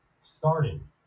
starting